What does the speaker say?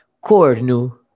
Corno